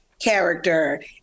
character